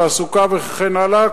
התעסוקה וכן הלאה,